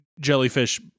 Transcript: jellyfish